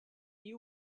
you